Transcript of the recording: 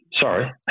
Sorry